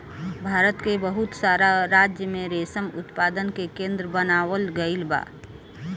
भारत के बहुत सारा राज्य में रेशम उत्पादन के केंद्र बनावल गईल बा